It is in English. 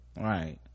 right